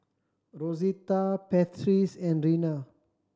Rosita Patrice and Rena